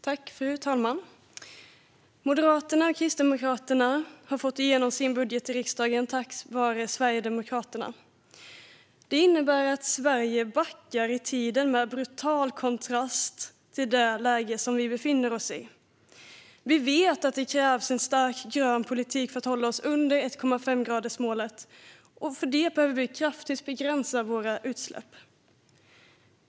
Fru talman! Moderaterna och Kristdemokraterna har fått igenom sin budget i riksdagen tack vare Sverigedemokraterna. Detta innebär att Sverige backar i tiden på ett sätt som står i brutal kontrast till det läge vi befinner oss i. Vi vet att det krävs en stark grön politik för att hålla oss under 1,5-gradersmålet, och för detta behöver vi kraftigt begränsa våra utsläpp.